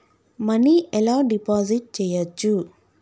Money ఎలా deposit చేయచ్చు?